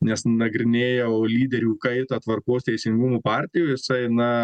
nes nagrinėjau lyderių kaitą tvarkos teisingumo partijoj jisai na